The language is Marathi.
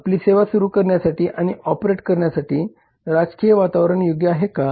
आपली सेवा सुरू करण्यासाठी आणि ऑपरेट करण्यासाठी राजकीय वातावरण योग्य आहे का